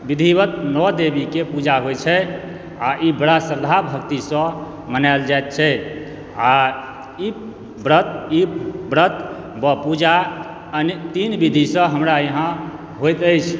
विधिवत नओ देवी के पूजा होइ छै आ ई बड़ा श्रद्धा भक्ति सॅं मनायल जाइत छै आ ई व्रत ई व्रत पूजा तीन विधि सॅं हमरा यहाँ होइत अछि